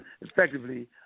effectively